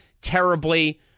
terribly